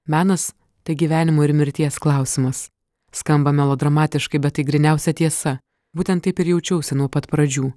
menas tai gyvenimo ir mirties klausimas skamba melodramatiškai bet tai gryniausia tiesa būtent taip ir jaučiausi nuo pat pradžių